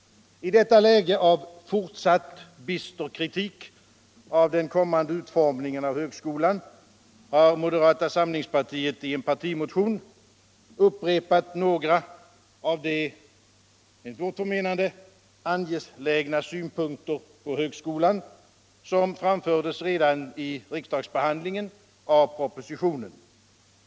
I detta läge av fortsatt bister kritik av den kommande utformningen av högskolan har moderata samlingspartiet i en partimotion upprepat några av de enligt vårt förmenande angelägna synpunkter på högskolan som framfördes redan vid riksdagsbehandlingen av propositionen.